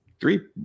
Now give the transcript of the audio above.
three